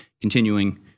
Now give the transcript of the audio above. continuing